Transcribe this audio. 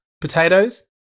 potatoes